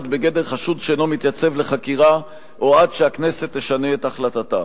בגדר חשוד שאינו מתייצב לחקירה או עד שהכנסת תשנה את החלטתה.